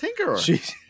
Tinkerer